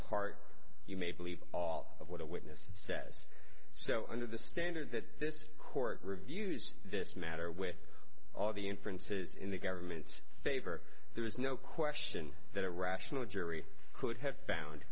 part you may believe all of what a witness says so under the standard that this court reviews this matter with all the inferences in the government's favor there is no question that a rational jury could have found